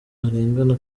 arengana